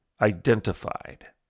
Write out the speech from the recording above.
identified